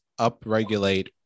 upregulate